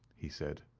he said.